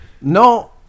No